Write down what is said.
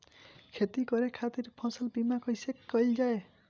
खेती करे के खातीर फसल बीमा कईसे कइल जाए?